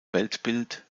weltbild